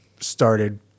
started